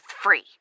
free